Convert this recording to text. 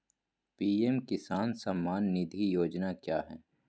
PM Kisan Samman Nidhi योजना क्या है?